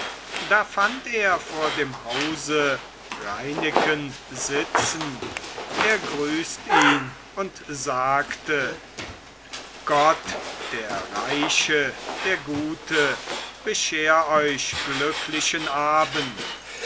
da fand er vor dem hause reineken sitzen er grüßt ihn und sagte gott der reiche der gute bescher euch glücklichen abend